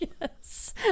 Yes